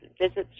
visits